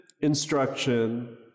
instruction